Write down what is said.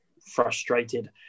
frustrated